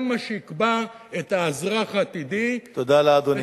זה מה שיקבע את האזרח העתידי, תודה לאדוני.